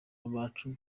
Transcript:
abacu